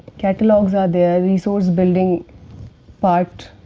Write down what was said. catalogues are there resource building part